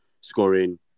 scoring